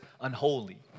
unholy